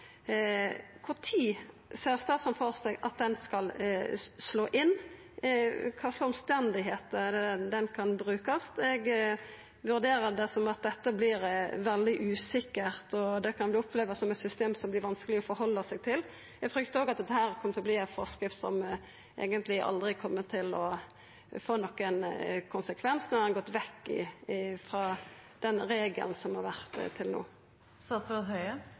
seg at det skal slå inn? I kva for omstende er det ho kan brukast? Eg vurderer at dette vert veldig usikkert, og at ein kan oppleva det som eit system det kan vera vanskeleg å ha med å gjera. Eg fryktar òg at dette kjem til å verta ei forskrift som eigentleg aldri får nokon konsekvens, når ein har gått vekk frå den regelen som har vore til no. Den regelen som har vært til